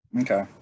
Okay